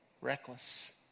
reckless